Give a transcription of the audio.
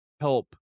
help